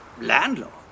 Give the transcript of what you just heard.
Landlord